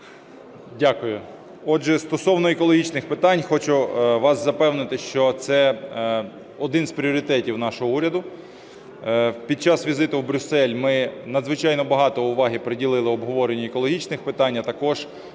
Дякую. Отже, стосовно екологічних питань, хочу вас запевнити, що це один із пріоритетів нашого уряду. Під час візиту в Брюссель ми надзвичайно багато уваги приділили обговоренню екологічних питань, а також